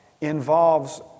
involves